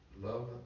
Love